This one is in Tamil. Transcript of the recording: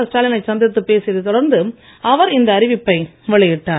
ஸ்டாலினை சந்தித்து பேசியதை தொடர்ந்து அவர்இந்த அறிவிப்பை வெளியிட்டார்